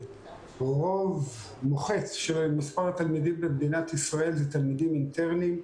רוב מוחץ של מספר התלמידים במדינת ישראל הם תלמידים אינטרנטיים,